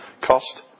cost